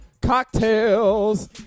cocktails